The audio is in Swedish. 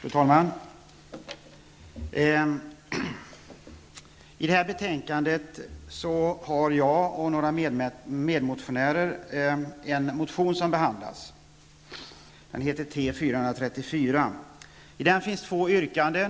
Fru talman! I det här betänkandet behandlas motion T434 av mig och några medmotionärer. I den finns två yrkanden.